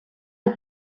del